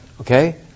Okay